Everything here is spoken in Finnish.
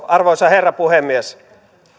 arvoisa herra puhemies